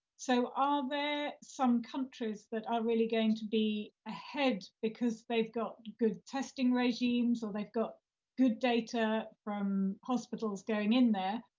so are ah there some countries that are really going to be ahead because they've got good testing regimes or they've got good data from hospitals going in there?